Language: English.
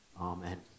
Amen